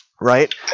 right